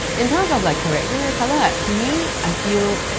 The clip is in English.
in terms of like correcting the colour, to me, i feel.